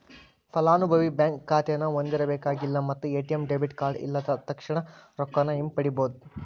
ಫಲಾನುಭವಿ ಬ್ಯಾಂಕ್ ಖಾತೆನ ಹೊಂದಿರಬೇಕಾಗಿಲ್ಲ ಮತ್ತ ಎ.ಟಿ.ಎಂ ಡೆಬಿಟ್ ಕಾರ್ಡ್ ಇಲ್ಲದ ತಕ್ಷಣಾ ರೊಕ್ಕಾನ ಹಿಂಪಡಿಬೋದ್